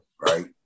right